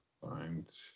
find